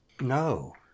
No